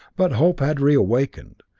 but hope had reawakened,